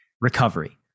recovery